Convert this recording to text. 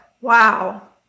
Wow